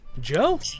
joe